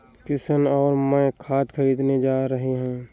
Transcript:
किशन और मैं खाद खरीदने जा रहे हैं